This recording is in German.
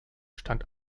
stand